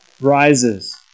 rises